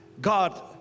God